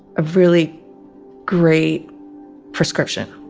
a really great prescription.